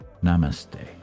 namaste